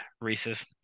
Reese's